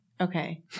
okay